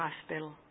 Hospital